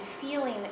feeling